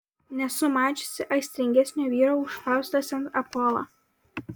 nesu mačiusi aistringesnio vyro už faustą sent apolą